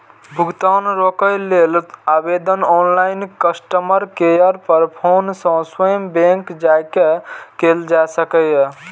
भुगतान रोकै लेल आवेदन ऑनलाइन, कस्टमर केयर पर फोन सं स्वयं बैंक जाके कैल जा सकैए